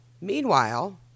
Meanwhile